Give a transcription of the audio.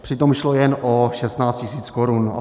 Přitom šlo jen o 16 tisíc korun.